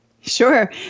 Sure